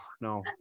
no